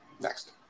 Next